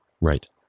Right